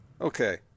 okay